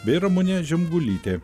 bei ramunė žemgulytė